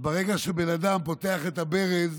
ברגע שבן אדם פותח את הברז,